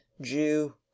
Jew